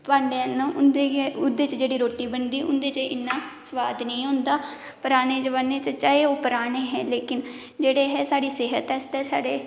भांडे ना उंदे च जेहड़ी रोटी बनदी उंदे च इन्ना सुआद नेईं होंदा पराने जमाने च चाहे ओह् पराने हे लैकिन जेहडे़ हे साढ़े सैहत आस्तै साढ़े